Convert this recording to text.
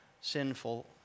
sinful